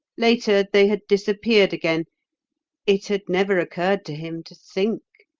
later, they had disappeared again it had never occurred to him to think.